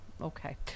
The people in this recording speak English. Okay